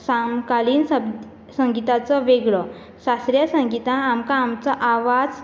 समकालीन श संगिताचो वेगळो शास्रीय संगीतांत आमकां आमचो आवाज